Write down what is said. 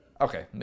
Okay